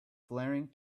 flaring